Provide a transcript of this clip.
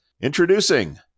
Introducing